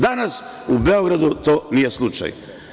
Danas u Beogradu to nije slučaj.